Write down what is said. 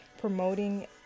promoting